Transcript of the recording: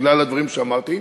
בגלל הדברים שאמרתי,